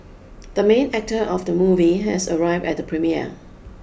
the main actor of the movie has arrived at the premiere